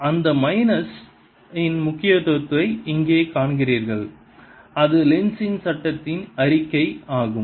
எனவே அந்த மைனஸ் இன் முக்கியத்துவத்தை இங்கே காண்கிறீர்கள் அது லென்ஸின் Lenzs சட்டத்தின் அறிக்கை ஆகும்